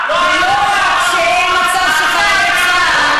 ולא רק שאין מצב שחיילי צה"ל,